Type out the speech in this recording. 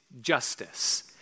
justice